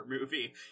movie